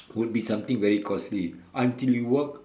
would be something very costly until you work